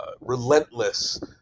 relentless